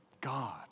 God